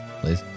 please